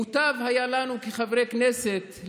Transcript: מוטב היה לנו כחברי כנסת,